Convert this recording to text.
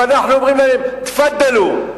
ואנחנו אומרים להם: תפאדלו,